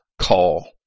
call